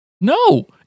No